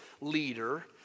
leader